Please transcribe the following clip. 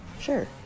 sure